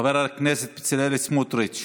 אפשרית ויוענק לה התקציב הנדרש לצורך ביצוע תפקידה".